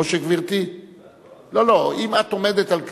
או שגברתי, לא, לא, אם את עומדת על כך,